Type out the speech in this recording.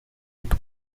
with